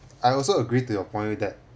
I also agree to your point that